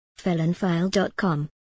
FelonFile.com